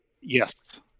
Yes